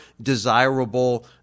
desirable